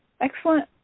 Excellent